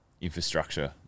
infrastructure